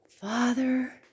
Father